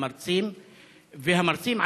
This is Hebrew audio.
והמרצים,